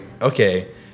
okay